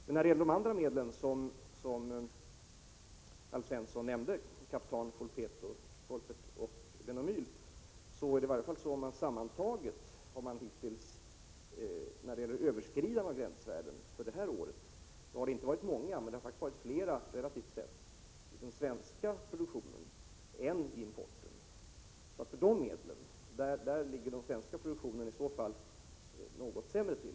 Men när det gäller övriga medel som Alf Svensson nämnde — kaptan, folpet, polpet och benomyl — kan man sammantaget säga att antalet överskridanden av gränsvärdena det här året inte har varit stort. Relativt sett har det dock faktiskt förekommit fler överskridanden av gränsvärdena när det gäller den svenska produktionen än när det gäller importen. Beträffande nämnda medel ligger den svenska produktionen i så fall något sämre till.